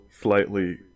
slightly